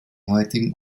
heutigen